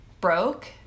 broke